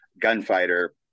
gunfighter